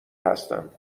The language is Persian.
هستم